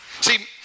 See